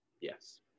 Yes